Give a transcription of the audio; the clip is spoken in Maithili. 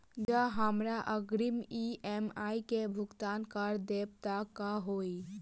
जँ हमरा अग्रिम ई.एम.आई केँ भुगतान करऽ देब तऽ कऽ होइ?